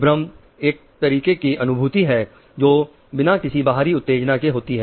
विक्रम एक तरीके अनुभूति है जो बिना किसी बाहरी उत्तेजना के होती है